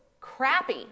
crappy